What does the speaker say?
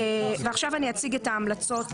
עכשיו אני אציג את ההמלצות,